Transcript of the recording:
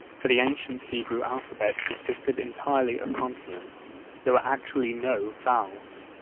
for the ancient hebrew alphabet consisted entirely of consonants there were actually no vowels!